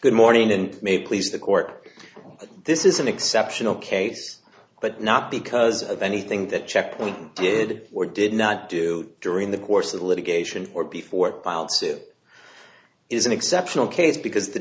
good morning and may please the court this is an exceptional case but not because of anything that checkpoint did or did not do during the course of the litigation or before buyouts it is an exceptional case because the